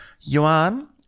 Yuan